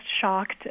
shocked